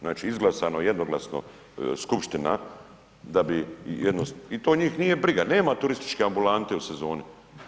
Znači izglasano je jednoglasno skupština i to njih nije briga, nema turističke ambulante u sezoni.